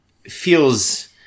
feels